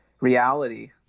reality